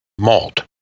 malt